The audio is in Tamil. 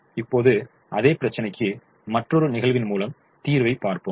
இப்போது அதே பிரச்சினைக்கு மற்றொரு நிகழ்வின் மூலம் தீர்வை பார்ப்போம்